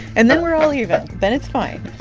and then we're all even. then it's fine